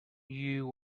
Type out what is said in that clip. you